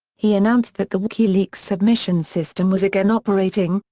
he announced that the wikileaks submission system was again operating,